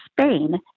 Spain